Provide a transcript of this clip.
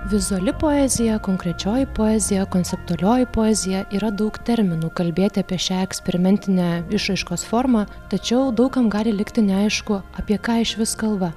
vizuali poezija konkrečioji poezija konceptualioji poezija yra daug terminu kalbėti apie šią eksperimentinę išraiškos formą tačiau daug kam gali likti neaišku apie ką išvis kalba